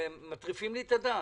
מטריפים לי את הדעת.